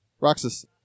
Roxas